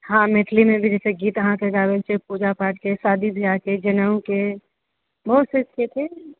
हँ मैथिलीमे भी जैसे गीत अहाँके गाबयवला छै पूजा पाठके शादी ब्याहके जनेउके बहुत चीजके छै